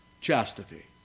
chastity